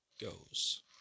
goes